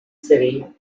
city